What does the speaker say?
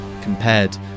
compared